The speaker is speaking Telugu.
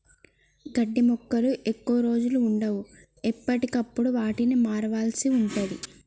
గడ్డి మొక్కలు ఎక్కువ రోజులు వుండవు, ఎప్పటికప్పుడు వాటిని మార్వాల్సి ఉంటది